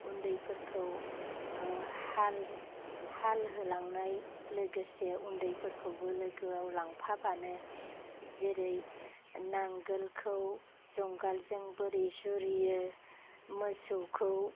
उन्दैफोरखौ हाल होलांनाय लोगोसे उन्दैफोरखौबो लोगोआव लांफाबानो जेरै नांगोलखौ जुंगालजों बोरै जुरियो मोसौखौ